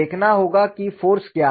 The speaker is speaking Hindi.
अब देखना होगा कि फ़ोर्स क्या है